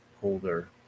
holder